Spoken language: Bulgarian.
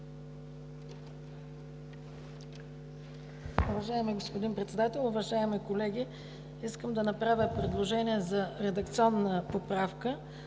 Уважаеми господин Председател, уважаеми колеги! Искам да направя предложение за редакционна поправка